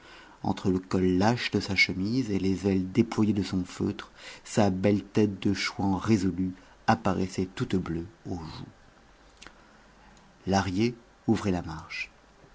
entre le col lâche de sa chemise et les ailes déployées de son feutre sa belle tête de chouan résolu apparaissait toute bleue aux joues lahrier ouvrait la marche